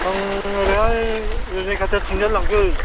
आं ओरैहाय रुनिखाथाथिंजाय लांगोन